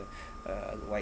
uh what